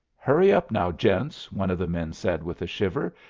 hurry up, now, gents, one of the men said with a shiver,